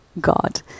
God